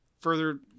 further –